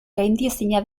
gaindiezina